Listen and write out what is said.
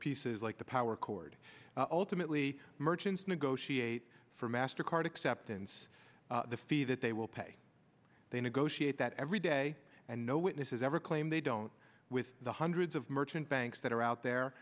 pieces like the power cord ultimately merchants negotiate for master card acceptance the fee that they will pay they negotiate that every day and no witnesses ever claim they don't with the hundreds of merchant banks that are out there